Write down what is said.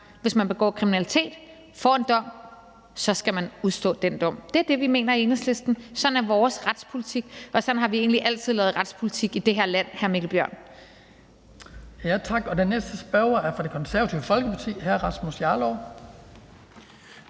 Hvis man begår kriminalitet og får en dom, skal man udstå sin straf. Det er det, vi mener i Enhedslisten. Sådan er vores retspolitik, og sådan har vi egentlig altid lavet retspolitik i det her land, hr. Mikkel Bjørn.